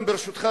ברשותך,